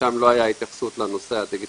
ששם לא הייתה התייחסות לנושא הדיגיטלי.